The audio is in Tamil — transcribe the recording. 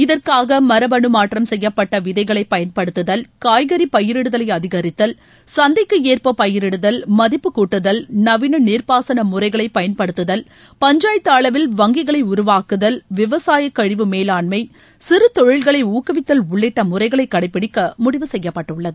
இதற்காக மரபணு மாற்றம் செய்யப்பட்ட விதைகளை பயன்படுத்துதல் காய்கறி பயிரிடுதலை அதிகரித்தல் சந்தைக்கு ச ஏற்ப பயிரிடுதல் மதிப்புக் கூட்டுதல் நவீன நீர்ப்பாசன முறைகளைப் பயன்படுத்துதல் பஞ்சாயத்து அளவில் வங்கிகளை உருவாக்குதல் விவசாய கழிவு மேலாண்ம சிறு தொழில்களை ஊக்குவித்தல் உள்ளிட்ட முறைகளை கடைப்பிடிக்க முடிவு செய்யப்பட்டுள்ளது